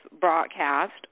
broadcast